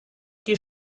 die